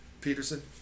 Peterson